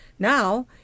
now